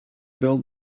build